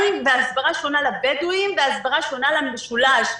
והסברה שונה לבדואים והסברה שונה למשולש.